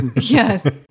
Yes